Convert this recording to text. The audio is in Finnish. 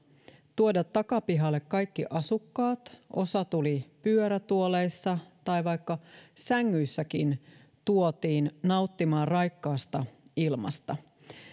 tuoda takapihalle kaikki asukkaat osa tuli pyörätuoleissa ja vaikka sängyissäkin tuotiin nauttimaan raikkaasta ilmasta